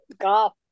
golf